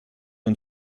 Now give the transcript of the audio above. und